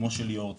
כמו שליאור ציין.